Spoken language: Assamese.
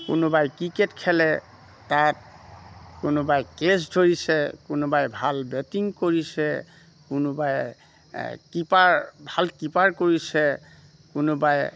কোনোবাই ক্ৰিকেট খেলে তাত কোনোবাই কেছ ধৰিছে কোনোবাই ভাল বেটিং কৰিছে কোনোবাই কীপাৰ ভাল কীপাৰ কৰিছে কোনোবাই